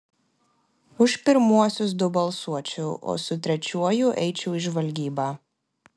už pirmuosius du balsuočiau o su trečiuoju eičiau į žvalgybą